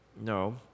No